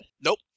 Nope